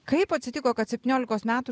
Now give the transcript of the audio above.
kaip atsitiko kad septyniolikos metų